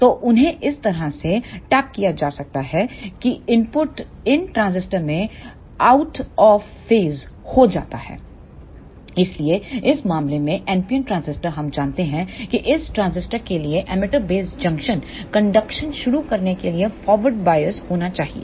तो उन्हें इस तरह से टैप किया जाता है कि इनपुट इन ट्रांजिस्टर में आउट ऑफ फेस हो जाते हैं इसलिए इस मामले में NPN ट्रांजिस्टर हम जानते हैं कि इस ट्रांजिस्टर के लिए एमिटर बेस जंक्शन कंडक्शन शुरू करने के लिए फॉरवार्ड बॉयस होना चाहिए